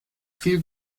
viel